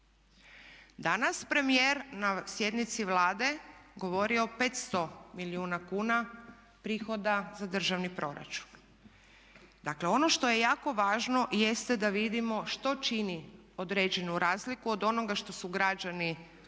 Danas premijer na sjednici Vlade govori o 500 milijuna kuna prihoda za državni proračun. Dakle ono što je jako važno jeste da vidimo što čini određenu razliku od onoga što su građani znali